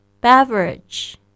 Beverage